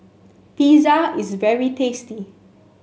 pizza is very tasty